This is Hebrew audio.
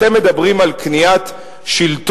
אתם מדברים על קניית שלטון.